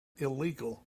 illegal